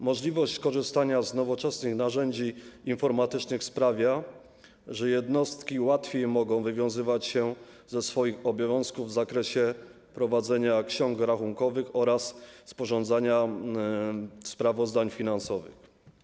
Możliwość korzystania z nowoczesnych narzędzi informatycznych sprawia, że jednostki łatwiej mogą wywiązywać się ze swoich obowiązków w zakresie prowadzenia ksiąg rachunkowych oraz sporządzania sprawozdań finansowych.